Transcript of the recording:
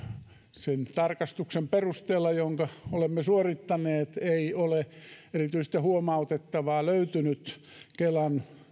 sen tarkastuksen perusteella jonka olemme suorittaneet ei ole erityistä huomautettavaa löytynyt kelan